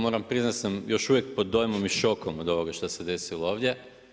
Moram priznati da sam još uvijek pod dojmom i šokom od ovoga što se desilo ovdje.